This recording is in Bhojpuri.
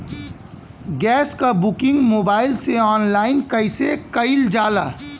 गैस क बुकिंग मोबाइल से ऑनलाइन कईसे कईल जाला?